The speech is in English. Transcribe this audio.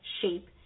shape